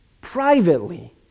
privately